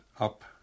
up